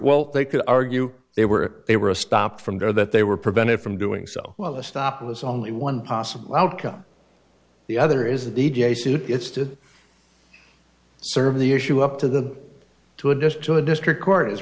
well they could argue they were they were stopped from there that they were prevented from doing so well the stop was only one possible outcome the other is the da says it's to serve the issue up to them to a disk to a district court is